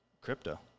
crypto